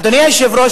אדוני היושב-ראש,